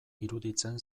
iruditzen